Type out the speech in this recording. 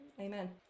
Amen